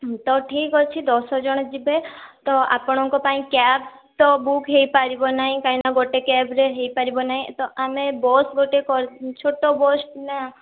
ତ ଠିକ୍ ଅଛି ଦଶ ଜଣ ଯିବେ ତ ଆପଣଙ୍କ ପାଇଁ କ୍ୟାବ୍ ତ ବୁକ୍ ହେଇପାରିବ ନାହିଁ କାହିଁକି ନା ଗୋଟେ କ୍ୟାବ୍ରେ ହେଇପାରିବ ନାହିଁ ତ ଆମେ ବସ୍ ଗୋଟେ କ ଛୋଟ ବସ୍ ନା